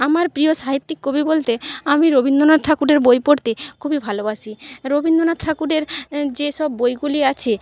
আমার প্রিয় সাহিত্যিক কবি বলতে আমি রবীন্দ্রনাথ ঠাকুরের বই পড়তে খুবই ভালোবাসি রবীন্দ্রনাথ ঠাকুরের যেসব বইগুলি আছে